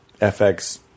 FX